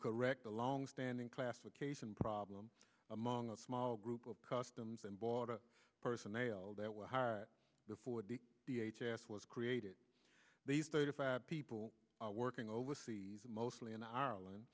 correct a longstanding classification problem among a small group of customs and border personnel that will hire the four would be the h s was created these thirty five people working overseas mostly in ireland